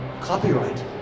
copyright